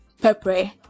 pepper